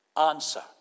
answer